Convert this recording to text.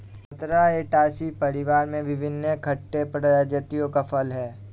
संतरा रुटासी परिवार में विभिन्न खट्टे प्रजातियों का फल है